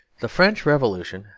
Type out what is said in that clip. the french revolution,